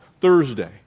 Thursday